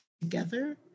together